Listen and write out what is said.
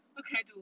what can I do